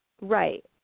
right